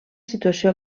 situació